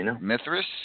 Mithras